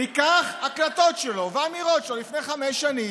ניקח הקלטות שלו ואמירות שלו מלפני חמש שנים,